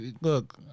look